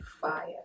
fire